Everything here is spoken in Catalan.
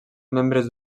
membres